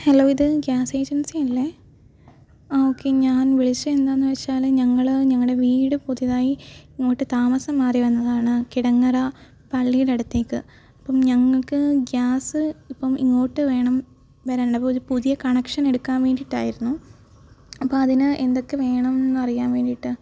hello ഇത് gas ഏജൻസിയല്ലേ ആ ഓക്കേ ഞാൻ വിളിച്ചതെന്താന്നു വെച്ചാൽ ഞങ്ങൾ ഞങ്ങളുടെ വീട് പുതുതായി ഇങ്ങോട്ട് താമസം മാറിവന്നതാണ് കിടങ്ങറ പള്ളീടെ അടുത്തേക്ക് അപ്പം ഞങ്ങൾക്ക് ഗ്യാസ് ഇപ്പം ഇങ്ങോട്ട് വേണം വരെണ്ടത് അപ്പമൊരു പുതിയ കണക്ഷനെടുക്കാൻ വേണ്ടിയിട്ടായിരുന്നു അപ്പോൾ അതിന് എന്തൊക്കെ വേണം എന്നറിയാൻ വേണ്ടിയിട്ട്